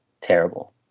terrible